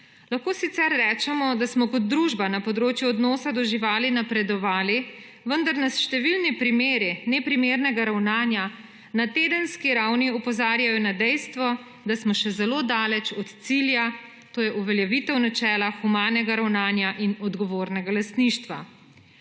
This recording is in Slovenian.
Lahko sicer rečemo, da smo kot družba na področju odnosa do živali napredovali, vendar nas številni primeri neprimernega ravnanja na tedenski ravni opozarjajo na dejstvo, da smo še zelo daleč od cilja to je uveljavitev načela humanega ravnanja in odgovornega lastništva.